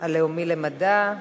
הלאומי למדע.